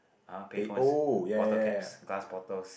(uh huh) pay phones bottle caps glass bottles